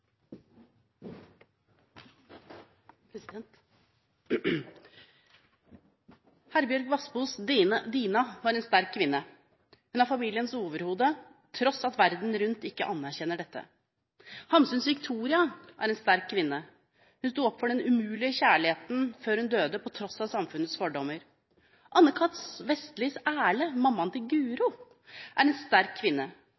Noreg. Herbjørg Wassmos Dina er en sterk kvinne. Hun er familiens overhode på tross av at verden rundt ikke anerkjenner dette. Hamsuns Viktoria er en sterk kvinne. Hun står opp for den umulige kjærligheten før hun dør på tross av samfunnets fordommer. Anne Cath Vestlys Erle, mammaen til